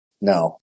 No